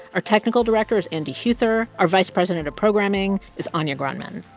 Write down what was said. our technical director is andy huether. our vice president of programming is anya grundmann.